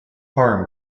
harm